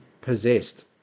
possessed